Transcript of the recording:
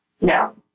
No